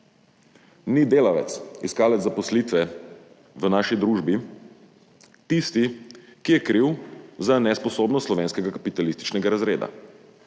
Ni delavec, iskalec zaposlitve v naši družbi tisti, ki je kriv za nesposobnost slovenskega kapitalističnega razreda.